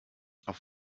auf